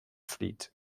fleet